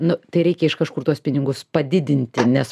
nu tai reikia iš kažkur tuos pinigus padidinti nes